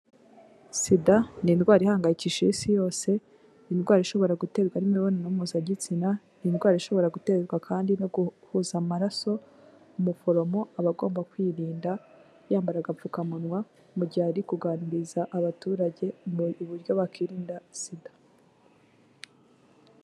SIDA ni indwara ihangayikishije isi yose, indwara ishobora guterwa n'imibonano mpuzagitsina, ni indwara ishobora guterwa kandi no guhuza amaraso, umuforomo aba agomba kwirinda, yambara agapfukamunwa, mu gihe ari kuganibiririza abaturage uburyo bakirinda SIDA.